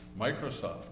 Microsoft